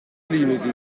limiti